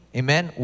amen